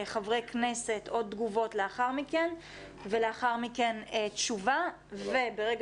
חברי כנסת או תגובות לאחר מכן ולאחר מכן תשובה וברגע